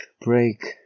break